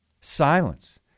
silence